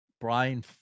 Brian